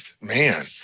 man